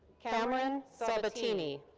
cameron sabatini.